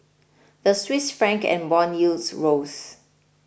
the Swiss Franc and bond yields rose